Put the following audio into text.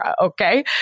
Okay